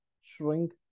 shrink